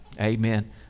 Amen